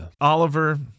Oliver